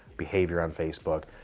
behavior on facebook.